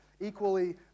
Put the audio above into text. equally